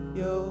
yo